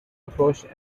approached